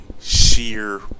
sheer